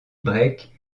break